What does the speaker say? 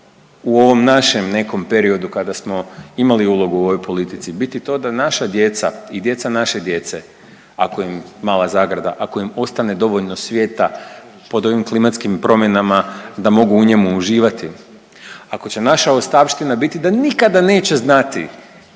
u ovom našem nekom periodu kada smo imali ulogu u ovoj politici biti to da naša djeca i djeca naše djece ako im, mala zagrada, ako im ostane dovoljno svijeta pod ovim klimatskim promjenama da mogu u njemu uživati, ako će naša ostavština biti da nikada neće znati